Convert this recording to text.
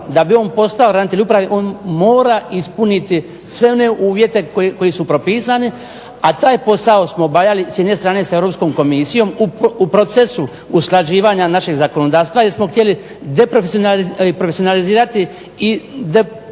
da bi on postao ravnatelj uprave on mora ispunjavati sve one uvjete koji su propisani, a taj posao smo obavljali s jedne strane Europskom komisijom, u procesu usklađivanja našeg zakonodavstva jer smo htjeli deprofesionalizirati i depolitizirati